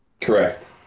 Correct